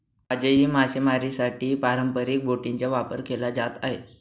आजही मासेमारीसाठी पारंपरिक बोटींचा वापर केला जात आहे